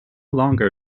longer